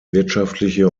wirtschaftliche